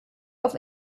auf